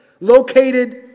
located